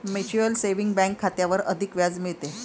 mutual saving bank खात्यावर अधिक व्याज मिळते